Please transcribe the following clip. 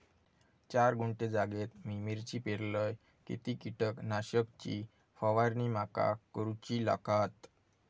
चार गुंठे जागेत मी मिरची पेरलय किती कीटक नाशक ची फवारणी माका करूची लागात?